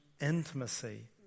intimacy